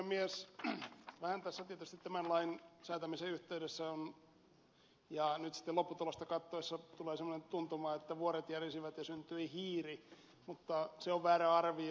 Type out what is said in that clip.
vähän tässä tietysti tämän lain säätämisen yhteydessä ja nyt sitten lopputulosta katsoessa tulee semmoinen tuntuma että vuoret järisivät ja syntyi hiiri mutta se on väärä arvio